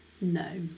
No